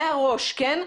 מהראש כן?